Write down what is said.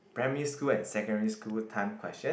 primary school and secondary school time question